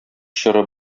чоры